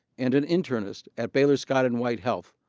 and an internist at baylor scott and white health,